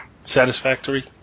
satisfactory